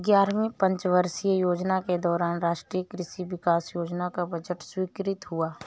ग्यारहवीं पंचवर्षीय योजना के दौरान राष्ट्रीय कृषि विकास योजना का बजट स्वीकृत हुआ